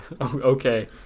okay